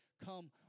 come